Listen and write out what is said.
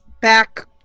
Back